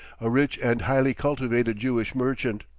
a rich and highly cultivated jewish merchant.